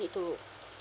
need to